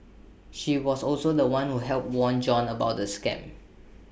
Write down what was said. he was also The One who helped warn John about the scam